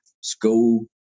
school